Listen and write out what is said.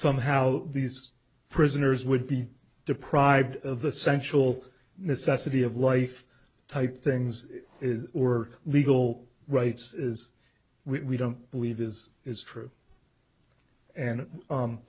somehow these prisoners would be deprived of essential necessity of life type things is or legal rights is we don't believe is is true and